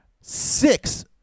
six